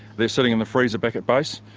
they're sitting in the freezer back at base,